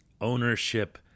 ownership